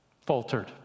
faltered